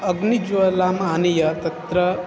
अग्निज्वालम् आनीय तत्र